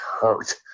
hurt